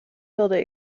wilde